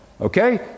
Okay